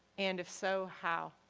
and if so how.